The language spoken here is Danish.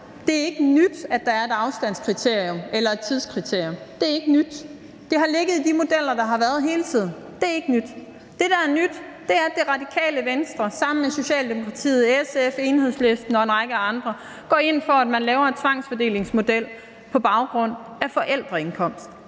Det er ikke nyt, at der er et afstandskriterium eller et tidskriterium. Det er ikke nyt – det har hele tiden ligget i de modeller, der har været. Det, der er nyt, er, at Radikale Venstre sammen med Socialdemokratiet, SF, Enhedslisten og en række andre partier går ind for, at man laver en tvangsfordelingsmodel på baggrund af forældreindkomst.